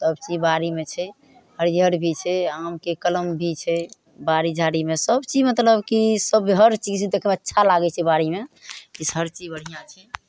सब चीज बाड़ीमे छै हरियर भी छै आमके कलम भी छै बाड़ी झाड़ीमे सब चीज मतलब की सब हर चीज देखयमे अच्छा लागय छै बाड़ीमे हर चीज बढ़िआँ छै